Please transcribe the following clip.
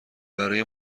برای